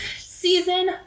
season